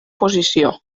posició